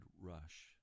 rush